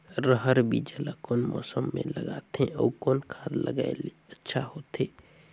रहर बीजा ला कौन मौसम मे लगाथे अउ कौन खाद लगायेले अच्छा होथे?